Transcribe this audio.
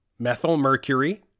methylmercury